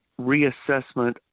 reassessment